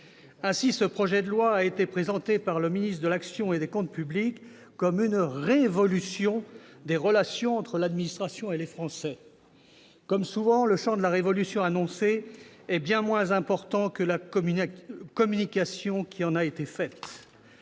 Ainsi, ce projet de loi a été présenté par le ministre de l'action et des comptes publics comme une révolution des relations entre l'administration et les Français. Or, comme souvent, le champ de la révolution annoncée est bien moins important que la communication qui en a été faite.